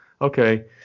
okay